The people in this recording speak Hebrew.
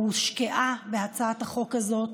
הושקעה בהצעת החוק הזאת.